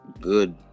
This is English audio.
good